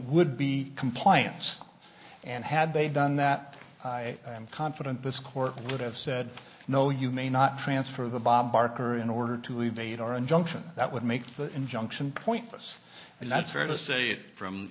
would be compliance and had they done that i am confident this court would have said no you may not transfer the bob barker in order to evade our injunction that would make the injunction pointless and that's fair to say it from